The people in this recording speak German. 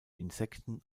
insekten